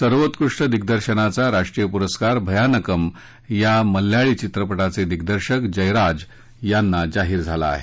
सर्वोत्कृष्ट दिग्दर्शकाचा राष्ट्रीय पुरस्कार भयानकम या मल्याळी चित्रपटाचे दिग्दर्शक जयराज यांना जाहीर झाला आहे